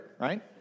right